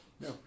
No